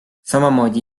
samamoodi